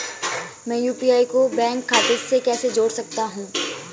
मैं यू.पी.आई को बैंक खाते से कैसे जोड़ सकता हूँ?